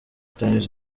times